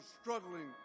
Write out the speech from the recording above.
struggling